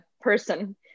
person